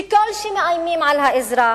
וככל שמאיימים על האזרח,